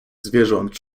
zwierząt